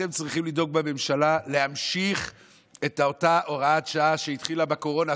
אתם צריכים לדאוג בממשלה להמשיך את אותה הוראת שעה שהתחילה בקורונה.